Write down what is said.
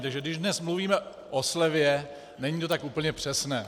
Takže když dnes mluvíme o slevě, není to tak úplně přesné.